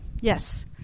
Yes